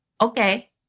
okay